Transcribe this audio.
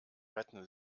retten